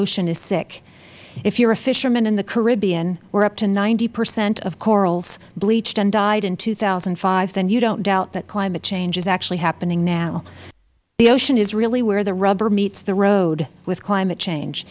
ocean is sick if you are a fisherman in the caribbean where up to ninety percent of corals bleached and died in two thousand and five then you don't doubt that climate change is actually happening now the ocean is really where the rubber meets the road with climate change